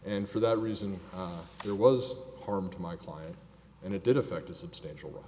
and for that reason there was harm to my client and it did affect a substantial